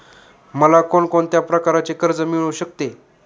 मला कोण कोणत्या प्रकारचे कर्ज मिळू शकते?